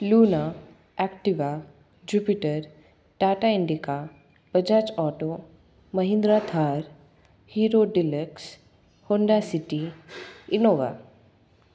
Luna Activa Jupiter Tata Indica Bajaj Auto Mahindra Thar Hero Deluxe Honda City Innova